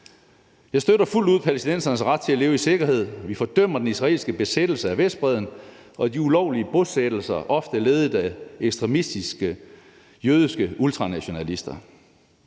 Jeg støtter fuldt ud palæstinensernes ret til at leve i sikkerhed. Vi fordømmer den israelske besættelse af Vestbredden og de ulovlige bosættelser, ofte ledet af ekstremistiske jødiske ultranationalister,